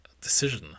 decision